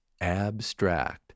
abstract